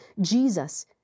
Jesus